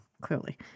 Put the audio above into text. clearly